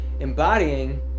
embodying